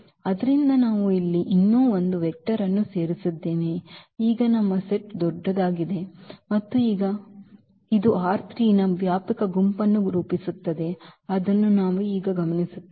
ಆದ್ದರಿಂದ ನಾವು ಇಲ್ಲಿ ಇನ್ನೂ ಒಂದು ವೆಕ್ಟರ್ ಅನ್ನು ಸೇರಿಸಿದ್ದೇವೆ ಈಗ ನಮ್ಮ ಸೆಟ್ ದೊಡ್ಡದಾಗಿದೆ ಮತ್ತು ಈಗ ಮತ್ತೆ ಇದು ನ ವ್ಯಾಪಕ ಗುಂಪನ್ನು ರೂಪಿಸುತ್ತದೆ ಅದನ್ನು ನಾವು ಈಗ ಗಮನಿಸುತ್ತೇವೆ